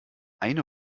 eine